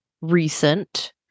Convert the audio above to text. recent